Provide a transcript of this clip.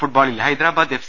ഫുട്ബോളിൽ ഹൈദരാബാദ് എഫ്